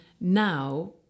Now